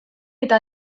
eta